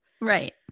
Right